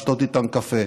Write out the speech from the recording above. לשתות איתם קפה.